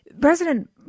President